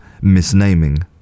misnaming